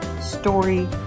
story